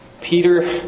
Peter